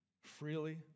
freely